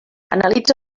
analitza